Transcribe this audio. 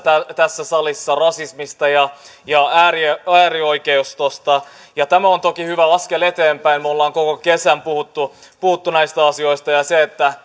tässä salissa rasismista ja äärioikeistosta tämä on toki hyvä askel eteenpäin me olemme koko kesän puhuneet näistä asioista ja se että